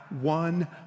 one